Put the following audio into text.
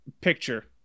Picture